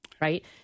right